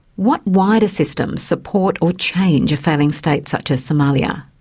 what wider systems support or change a failing state such as somalia?